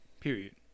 Period